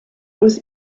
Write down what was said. was